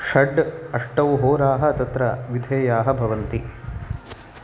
षड् अष्टौ होराः तत्र विधेयाः भवन्ति